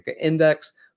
index